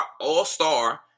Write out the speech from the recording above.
all-star